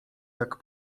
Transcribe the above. jak